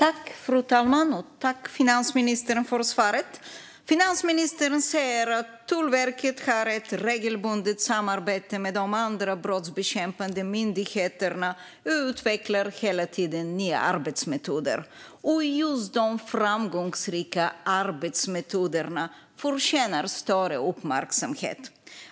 Fru talman! Jag tackar finansministern för svaret. Finansministern säger att Tullverket har ett regelbundet samarbete med de andra brottsbekämpande myndigheterna och hela tiden utvecklar nya arbetsmetoder. Och just de framgångsrika arbetsmetoderna förtjänar större uppmärksamhet.